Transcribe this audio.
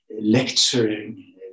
lecturing